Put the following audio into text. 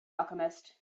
alchemist